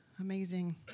amazing